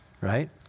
right